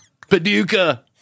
Paducah